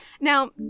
Now